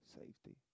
Safety